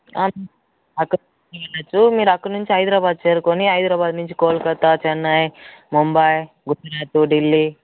మీరు అక్కన్నుంచి హైదరాబాద్ చేరుకొని హైదరాబాద్ నుంచి కోల్కతా చెన్నై ముంబై గుజరాతు ఢిల్లీ